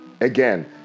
again